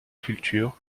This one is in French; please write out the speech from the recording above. cultures